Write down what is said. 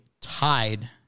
tied